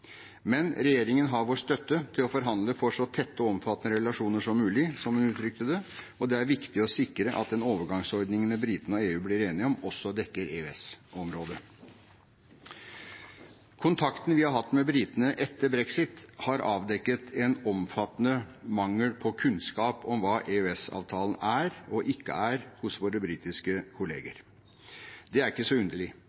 Men regjeringen har vår støtte til å forhandle for «så tette og omfattende relasjoner som mulig», som hun uttrykte det. Og det er viktig å sikre at den overgangsordningen britene og EU blir enige om, også dekker EØS-området. Kontakten vi har hatt med britene etter brexit, har avdekket en omfattende mangel på kunnskap om hva EØS-avtalen er, og ikke er, hos våre britiske